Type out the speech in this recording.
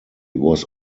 was